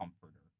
comforter